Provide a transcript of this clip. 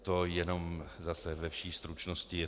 To jenom zase ve vší stručnosti.